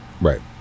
right